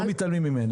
לא מתעלמים ממנה.